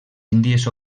índies